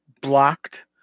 blocked